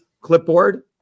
clipboard